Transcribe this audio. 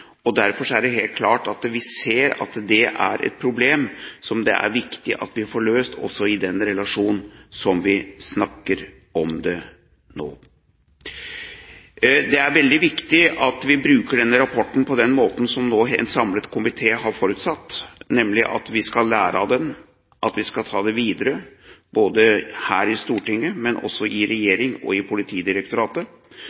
Derfor er det helt klart at vi ser at det er et problem som det er viktig at vi får løst, også i den relasjon som vi snakker om det nå. Det er veldig viktig at vi bruker denne rapporten på den måten som en samlet komité har forutsatt, nemlig at vi skal lære av den, og at vi skal ta det videre både her i Stortinget og også i